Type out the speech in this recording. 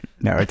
no